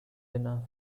enough